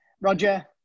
roger